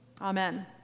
Amen